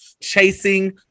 chasing